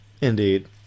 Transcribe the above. Indeed